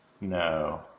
No